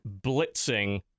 blitzing